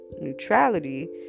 neutrality